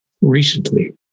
recently